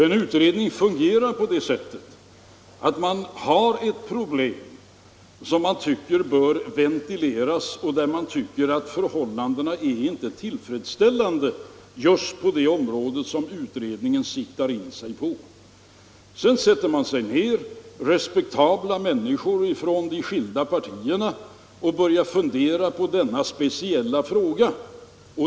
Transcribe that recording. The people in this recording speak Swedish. En utredning fungerar på det sättet att ett problem föreligger som bör ventileras för man tycker inte att förhållandena är tillfredsställande på det område som utredningen siktar in sig på. Sedan sätter sig respektabla människor från de olika partierna ned och börjar fundera på denna speciella fråga.